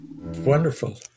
Wonderful